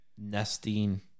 nesting